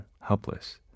helpless